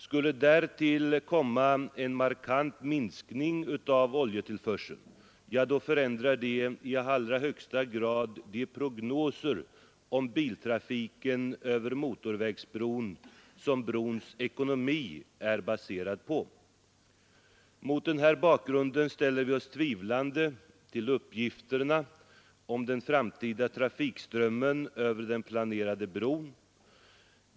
Skulle därtill komma en markant minskning av oljetillförseln, ja, då förändrar det i allra högsta grad de prognoser om biltrafiken över motorvägsbron som brons ekonomi är baserad på. Mot den här bakgrunden ställer vi oss tvivlande till uppgifterna om den framtida trafikströmmen över den planerade bron.